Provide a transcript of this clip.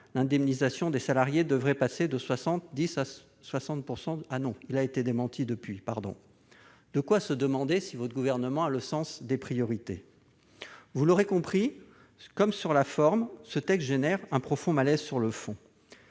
l'indemnisation des salariés devrait passer de 70 % à 60 % du salaire brut. Certes, il a été démenti depuis ... C'est à se demander si le Gouvernement a le sens des priorités. Vous l'aurez compris, comme sur la forme, ce texte génère un profond malaise sur le fond.